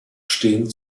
stehen